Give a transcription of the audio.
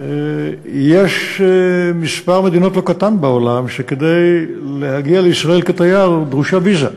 יש מספר מדינות לא קטן בעולם שכדי להגיע מהן לישראל כתייר דרושה ויזה.